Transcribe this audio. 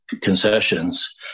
concessions